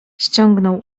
ściągnął